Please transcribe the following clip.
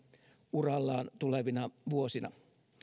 urallaan tulevina vuosina